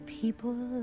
people